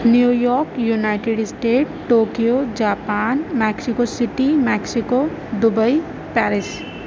New York united state Tokyo Japan Mexico city Mexico Dubai Paris